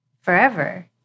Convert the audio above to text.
forever